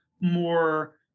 more